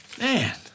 man